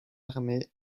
armées